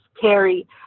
carry